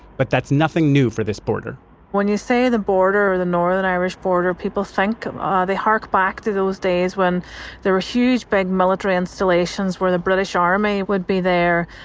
but that's nothing new for this border when you say the border or the northern irish border, people think um ah they hark back to those days when there were huge, big military installations where the british army would be there.